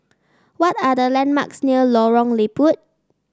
what are the landmarks near Lorong Liput